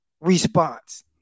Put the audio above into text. response